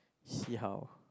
see how